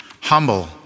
Humble